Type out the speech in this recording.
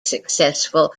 successful